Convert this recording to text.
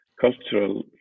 cultural